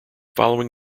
following